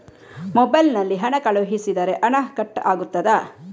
Mobile ನಲ್ಲಿ ಹಣ ಕಳುಹಿಸಿದರೆ ಹಣ ಕಟ್ ಆಗುತ್ತದಾ?